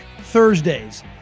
Thursdays